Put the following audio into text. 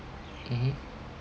mmhmm